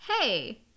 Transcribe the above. hey